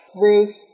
Ruth